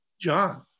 John